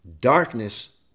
darkness